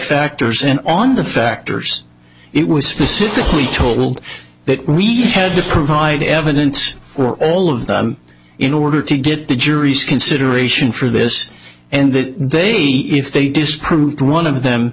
factors in on the factors it was specifically told that we had to provide evidence for all of that in order to get the jury's consideration for this and that they if they disproved one of them